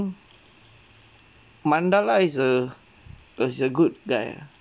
mandela is a uh is a good guy